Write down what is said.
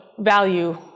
value